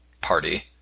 party